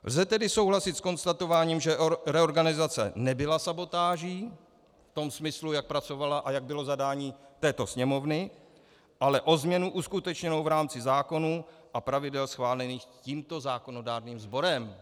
Lze tedy souhlasit s konstatováním, že reorganizace nebyla sabotáží v tom smyslu, jak pracovala a jak bylo zadání této Sněmovny, ale šlo o změnu uskutečněnou v rámci zákonů a pravidel schválených tímto zákonodárným sborem.